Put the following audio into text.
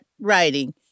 writing